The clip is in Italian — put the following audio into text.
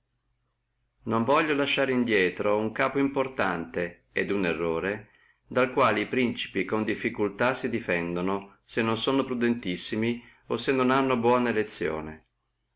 non voglio lasciare indrieto uno capo importante et uno errore dal quale e principi con difficultà si difendano se non sono prudentissimi o se non hanno buona elezione